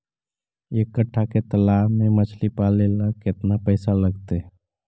एक कट्ठा के तालाब में मछली पाले ल केतना पैसा लगतै?